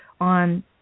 on